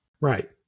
Right